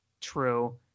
true